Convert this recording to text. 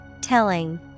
Telling